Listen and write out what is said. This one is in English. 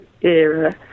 era